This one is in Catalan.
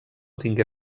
tingué